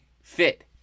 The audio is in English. fit